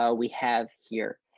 ah we have here.